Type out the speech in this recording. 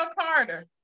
Carter